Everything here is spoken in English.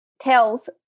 tells